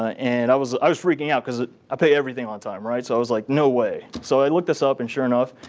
and i was i was freaking out because i pay everything on time. so i was like, no way. so i looked this up, and sure enough,